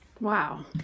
Wow